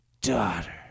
Daughter